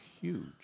huge